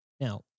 Now